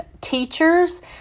teachers